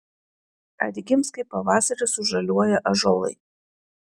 atgims kaip pavasarį sužaliuoja ąžuolai